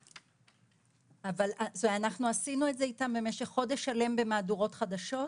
אנחנו עשינו את זה איתם במשך חודש שלם במהדורות חדשות,